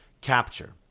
Capture